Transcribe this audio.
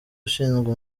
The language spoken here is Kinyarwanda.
ushinzwe